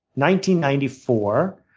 ninety ninety four,